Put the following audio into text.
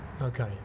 Okay